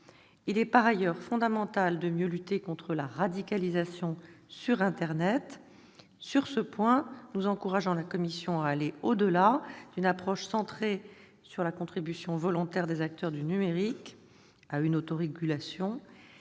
ailleurs, il est fondamental de mieux lutter contre la radicalisation sur internet. Nous encourageons la Commission à aller au-delà d'une approche centrée sur la contribution volontaire des acteurs du numérique à une autorégulation